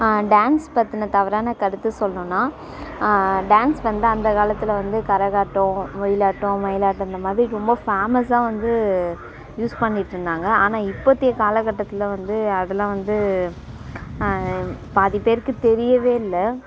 dance பற்றின தவறான கருத்து சொல்லணுன்னா டான்ஸ் வந்து அந்த காலத்தில் வந்து கரகாட்டம் ஒயிலாட்டம் மயிலாட்டம் இந்த மாதிரி ரொம்ப ஃபேமஸாக வந்து யூஸ் பண்ணிட்டிருந்தாங்க ஆனால் இப்போத்திய காலகட்டத்தில் வந்து அதெல்லாம் வந்து பாதி பேருக்கு தெரியவே இல்லை